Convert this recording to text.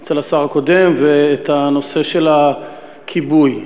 עוד אצל השר הקודם, והנושא של כיבוי האש.